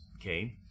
Okay